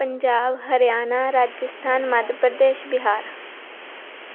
Punjab Haryana Rajasthan Madhya Pradesh Bihar